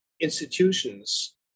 institutions